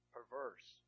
Perverse